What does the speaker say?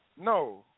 No